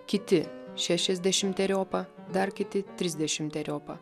kiti šešiasdešimteriopą dar kiti trisdešimteriopą